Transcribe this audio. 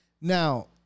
Now